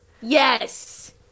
Yes